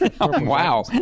Wow